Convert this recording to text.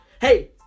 hey